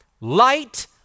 light